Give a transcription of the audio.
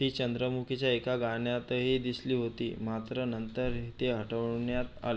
ती चंद्रमुखीच्या एका गाण्यातही दिसली होती मात्र नंतर हे ते हटवण्यात आ